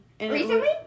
Recently